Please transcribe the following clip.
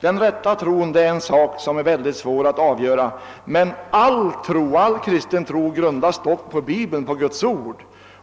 är den rätta tron är svårt att avgöra, men all kristen tro grundas på Bibeln, på Guds ord.